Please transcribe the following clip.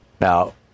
Now